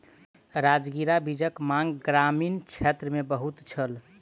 राजगिरा बीजक मांग ग्रामीण क्षेत्र मे बहुत छल